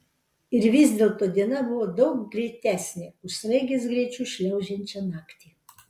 ir vis dėlto diena buvo daug greitesnė už sraigės greičiu šliaužiančią naktį